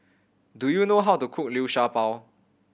do you know how to cook Liu Sha Bao